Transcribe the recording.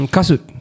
Kasut